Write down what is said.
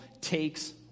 takes